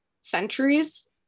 centuries